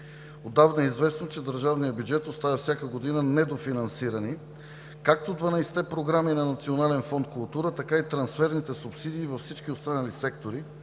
Отдавна е известно, че държавният бюджет оставя всяка година недофинансирани както 12-те програми на Национален фонд „Култура“, така и трансферните субсидии във всички останали сектори